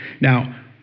Now